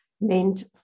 meant